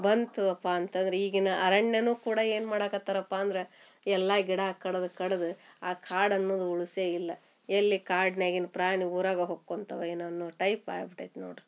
ಬಂತು ಅಪ್ಪ ಅಂತಂದ್ರೆ ಈಗಿನ ಅರಣ್ಯನು ಕೂಡ ಏನು ಮಾಡಕ್ಕೆ ಆತ್ತರಪ್ಪಾ ಅಂದ್ರೆ ಎಲ್ಲ ಗಿಡ ಕಡ್ದು ಕಡ್ದು ಆ ಕಾಡು ಅನ್ನುದ ಉಳ್ಸೆ ಇಲ್ಲ ಎಲ್ಲಿ ಕಾಡ್ನ್ಯಾಗಿನ ಪ್ರಾಣಿ ಊರಾಗ ಹೊಕ್ಕುಂತವ ಏನೋ ಅನ್ನೋ ಟೈಪ್ ಆಗ್ಬಿಟೈತಿ ನೋಡ್ರಿ